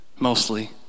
mostly